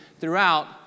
throughout